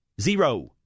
Zero